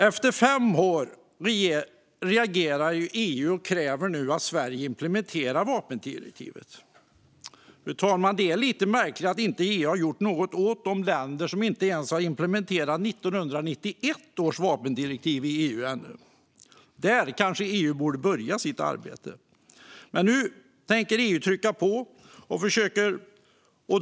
Efter fem år reagerar nu EU och kräver att Sverige implementerar vapendirektivet. Det är lite märkligt, fru talman, att EU inte har gjort något åt de EU-länder som ännu inte ens har implementerat 1991 års vapendirektiv. Där kanske EU borde börja sitt arbete. Men nu tänker EU trycka på.